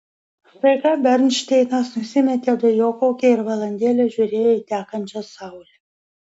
staiga bernšteinas nusimetė dujokaukę ir valandėlę žiūrėjo į tekančią saulę